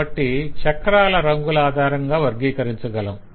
కాబట్టి చక్రాల రంగుల ఆధారంగా వర్గీకరించగలము